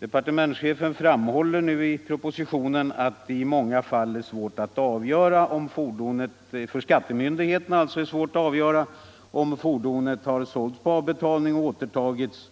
Departementschefen framhåller i propositionen att det i många fall för skattemyndigheterna är svårt att avgöra om ett fordon sålts på avbetalning och återtagits.